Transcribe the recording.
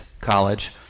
college